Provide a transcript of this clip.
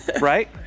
right